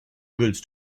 goods